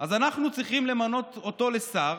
אז אנחנו צריכים למנות אותו לשר.